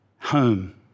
home